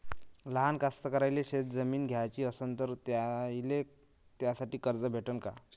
लहान कास्तकाराइले शेतजमीन घ्याची असन तर त्याईले त्यासाठी कर्ज भेटते का?